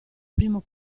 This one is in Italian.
primo